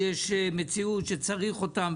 אז זה לא דבר שיצטרך תיקון חקיקה,